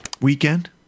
weekend